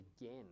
again